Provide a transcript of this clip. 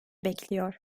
bekliyor